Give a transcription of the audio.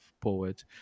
poet